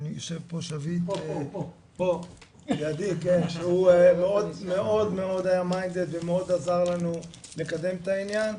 יושב פה שביט שהוא היה מאוד מיינדד ומאוד עזר לנו לקדם את העניין,